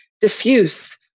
diffuse